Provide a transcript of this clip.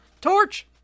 torch